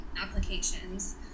applications